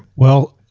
well,